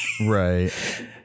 Right